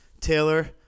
Taylor